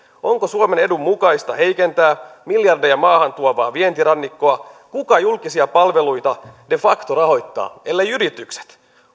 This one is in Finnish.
onko suomen edun mukaista heikentää miljardeja maahan tuovaa vientirannikkoa kuka julkisia palveluita de facto rahoittaa elleivät yritykset